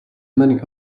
many